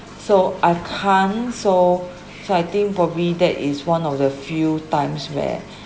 so I can't so so I think probably that is one of the few times where